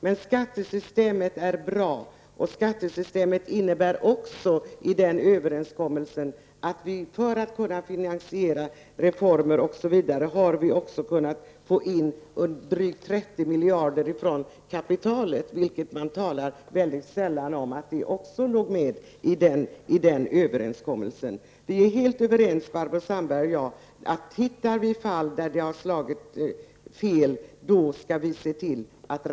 Men skattesystemet är bra. Överenskommelsen innebär också att vi för att kunna finansiera reformer osv. har kunnat få in drygt 30 miljarder från kapitalet. Man talar sällan om att också det fanns med i överenskommelsen. Barbro Sandberg och jag är helt överens om att om vi hittar fall där systemet slagit fel skall vi rätta till dessa.